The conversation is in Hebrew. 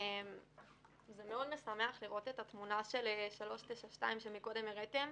זה מאוד משמח לראות את התמונה של 392 שקודם הראיתם.